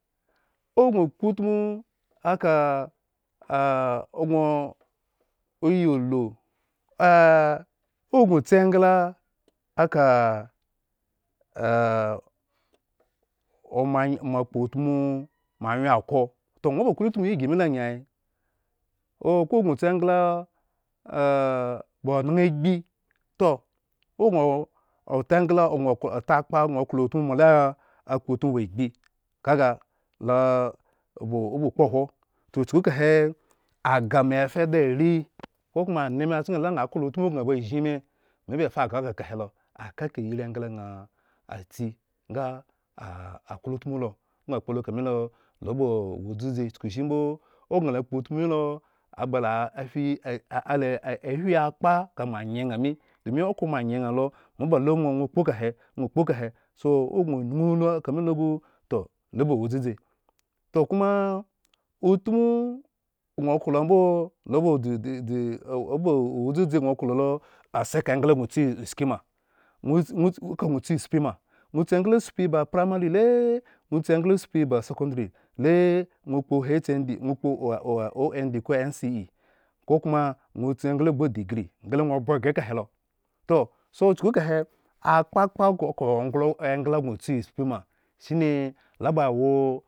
O gŋo kpoutmu aka gŋo oyi ulu ah ogŋo tsi engla aka omoa moakpoutmu moawyen ako ah ah omoa moakpoutmu moawyen ako toh ŋwo ba klo utmu yi igi milo agyi, toh ogŋ ta engla gŋo takpo gŋo klo utmu moala akpo ba agbi kaga loba oba kpohwo, toh chukukahe agah me yaefa da are, kokoma aneme chken lu aŋhs klo tmu gŋa ba zhin me me bafa agah kekahelo, akaa eka irii englgŋa atsi nga ah aklotmu lo, ogŋa kpolo ekamelo, loba wo dzudzi chukushimbo ogŋakpo ŋha mi domi okhro mo anye ŋye lo. mo balu ŋwo mi domi okhro mo anye ŋha lo mo balu ŋwo kpo kahe, ŋwo kpo kahe so ogŋo nyunyu lo ka milo gn toh lo bawo dzudzi, toh koma utmu gŋo klo ambo, loba dzide de ze oba wo dzudzi gŋo klo lo ase ka engla gŋotsi shki ma, ŋwo ŋwo aka gŋo tsi ma, ŋwo tspi ma, ŋwo tsi engla tspi ba apramarii le ŋwo tsi engla tspi ba sekondrii. le ŋwo kpo h. N. D ŋwo kpo wawa o. N. D kokoma ŋwo tsi engla gbu edigrii, nga le ŋwo obwe ghre ekahelo, toh so chuku kahe, akpakpa kok ngla engl gŋo tsi tspi ma shine loba wo.